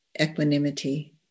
equanimity